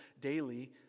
daily